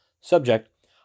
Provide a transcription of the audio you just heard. subject